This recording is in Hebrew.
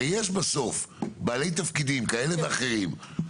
הרי יש בסוף בעלי תפקידים כאלה ואחרים.